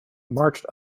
marched